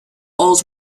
old